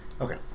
okay